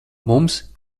mums